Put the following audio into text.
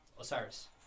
Osiris